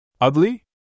Ugly